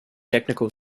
technical